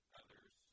others